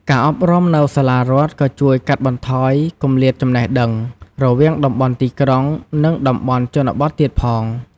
ការអប់រំនៅសាលារដ្ឋក៏ជួយកាត់បន្ថយគម្លាតចំណេះដឹង រវាងតំបន់ទីក្រុង និងតំបន់ជនបទទៀតផង។